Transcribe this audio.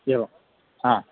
एवं हा